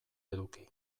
eduki